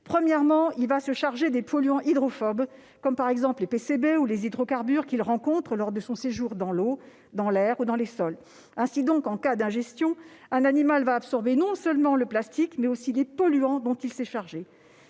Premièrement, il se charge des polluants hydrophobes, comme les polychlorobiphényles (PCB) et les hydrocarbures, qu'il rencontre lors de son séjour dans l'eau, l'air ou les sols. Ainsi, en cas d'ingestion, un animal va absorber non seulement le plastique, mais aussi les polluants dont il s'est chargé.